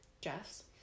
Jess